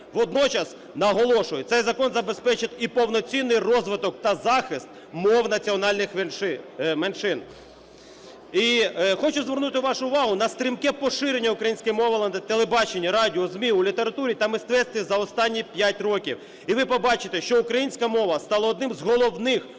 Водночас наголошую, цей закон забезпечить і повноцінний розвиток та захист мов національних меншин. І хочу звернути вашу увагу на стрімке поширення української мови на телебаченні, радіо, ЗМІ, у літературі та мистецтві за останні 5 років. І ви побачите, що українська мова стала одним з головних